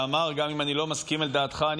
שאמר: גם אם אני לא מסכים עם דעתך אני